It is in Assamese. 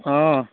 অঁ